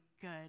good